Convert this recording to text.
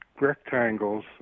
rectangles